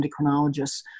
endocrinologists